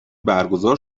برگزار